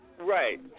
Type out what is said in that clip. Right